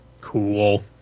cool